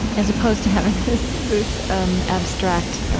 as opposed to having this this um abstract